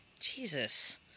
Jesus